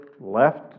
left